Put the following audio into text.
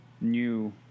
new